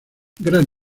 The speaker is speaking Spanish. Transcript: gran